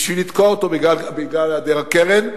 מאשר לתקוע אותו בגלל היעדר הקרן.